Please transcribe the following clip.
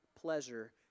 pleasure